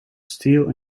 steel